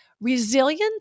Resilience